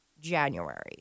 January